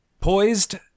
poised